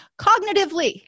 Cognitively